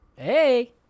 Hey